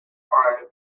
are